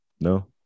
No